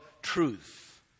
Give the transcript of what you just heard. truth